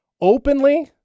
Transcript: openly